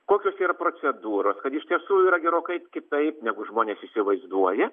kokios yra procedūros kad iš tiesų yra gerokai kitaip negu žmonės įsivaizduoja